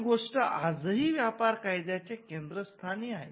ही गोष्ट आजही व्यापार कायद्याच्या केंद्रस्थानी आहे